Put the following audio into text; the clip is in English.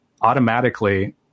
automatically